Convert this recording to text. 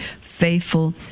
faithful